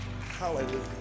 Hallelujah